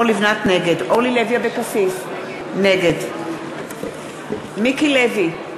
נגד אורלי לוי אבקסיס, נגד מיקי לוי,